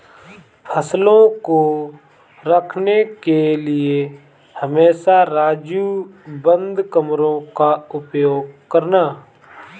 फसलों को रखने के लिए हमेशा राजू बंद कमरों का उपयोग करना